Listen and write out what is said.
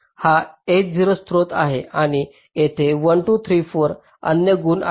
हा S0 स्त्रोत आहे आणि तेथे 1 2 3 4 अन्य गुण आहेत